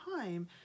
time